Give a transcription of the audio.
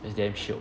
it's damn shiok